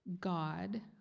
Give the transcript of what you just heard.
God